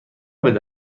بده